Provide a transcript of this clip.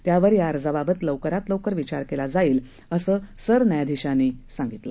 त्यावर या अर्जाबाबत लवकरात लवकर विचार केला जाईल असे सरन्यायाधिशांनी सांगितले